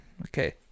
Okay